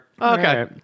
Okay